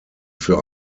für